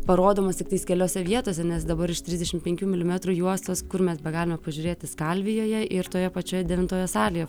parodomas tiktai keliose vietose nes dabar iš trisdešim penkių milimetrų juostos kur mes begalime pažiūrėti skalvijoje ir toje pačioje devintoje salėje